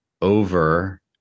over